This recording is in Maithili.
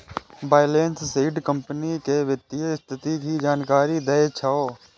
बैलेंस शीट कंपनी के वित्तीय स्थिति के जानकारी दै छै